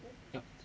ya